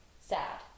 sad